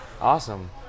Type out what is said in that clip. awesome